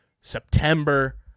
September